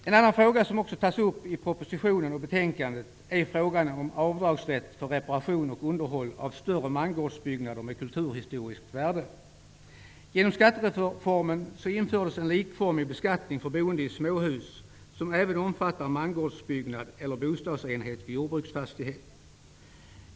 En annan fråga som också tas upp i propositionen och betänkandet är frågan om avdragsrätt för reparation och underhåll av större mangårdsbyggnader med kulturhistoriskt värde. Genom skattereformen infördes en likformig beskattning för boende i småhus, som även omfattar mangårdsbyggnad eller bostadsenhet vid jordbruksfastighet.